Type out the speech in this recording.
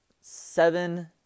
seven